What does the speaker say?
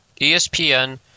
ESPN